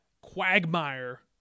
quagmire